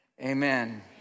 amen